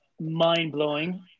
mind-blowing